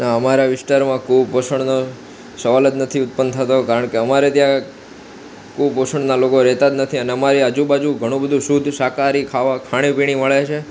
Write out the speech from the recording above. અમારા વિસ્તારમાં કુપોષણનો સવાલ જ નથી ઉત્પન્ન થતો કારણ કે અમારે ત્યાં કુપોષણના લોકો રહેતા જ નથી અને અમારી આજુબાજુ ઘણુ બધું શુદ્ધ શાકાહારી ખાવા ખાણી પીણી મળે છે